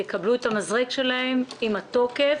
יקבלו את המזרק שלהם עם התוקף,